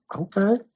Okay